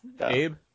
Abe